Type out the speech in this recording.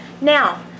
Now